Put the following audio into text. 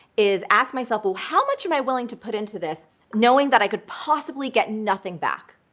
is ask myself, well, how much am i willing to put into this knowing that i could possibly get nothing back?